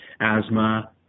asthma